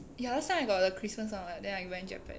ya last time I got the christmas [one] [what] then I went japan